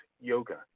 yoga